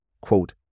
Quote